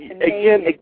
again